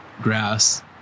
Grass